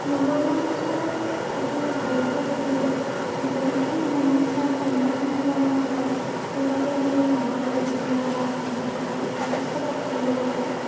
নগৰীয়া অঞ্চলত থাকি ভাল লাগে যদিও কিন্তু বহুতখিনি সমস্যাৰ সন্মুখীন হ'ব লগা হয় সেইবাবে আমি গাঁৱলৈ উভতি অহা আহি থকাটো যথেষ্ট পচন্দ কৰোঁ